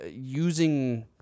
using